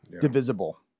divisible